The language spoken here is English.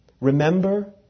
Remember